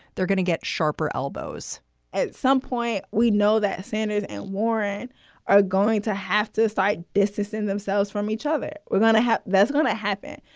they're gonna get sharper elbows at some point we know that sanders and warren are going to have to fight. this is in themselves from each other. we're going to have that's going to happen.